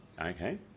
Okay